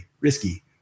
risky